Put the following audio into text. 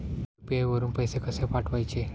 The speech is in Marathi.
यु.पी.आय वरून पैसे कसे पाठवायचे?